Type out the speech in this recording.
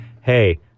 hey